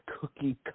cookie